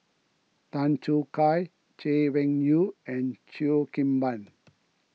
Tan Choo Kai Chay Weng Yew and Cheo Kim Ban